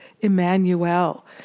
Emmanuel